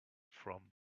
from